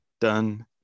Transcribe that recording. done